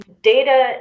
data